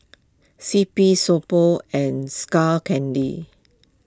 C P So Pho and Skull Candy